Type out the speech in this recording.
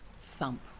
thump